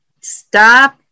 stop